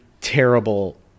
terrible